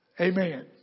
Amen